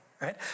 right